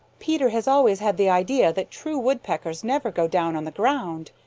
peter has always had the idea that true woodpeckers never go down on the ground.